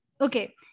okay